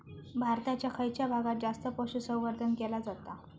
भारताच्या खयच्या भागात जास्त पशुसंवर्धन केला जाता?